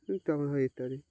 ইত্যাদি